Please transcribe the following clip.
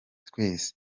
twese